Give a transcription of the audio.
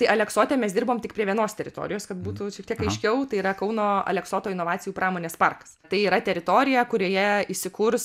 tai aleksote mes dirbom tik prie vienos teritorijos kad būtų šiek tiek aiškiau tai yra kauno aleksoto inovacijų pramonės parkas tai yra teritorija kurioje įsikurs